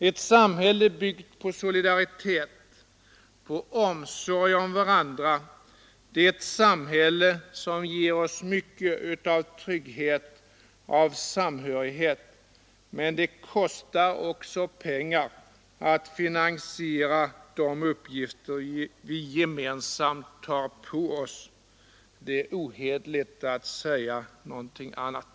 Ett samhälle byggt på solidaritet och på omsorg om varandra är ett samhälle som ger oss mycket av trygghet och samhörighet, men det kostar också pengar att finansiera de uppgifter som vi gemensamt tar på oss. Det är ohederligt att säga någonting annat.